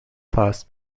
plus